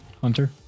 Hunter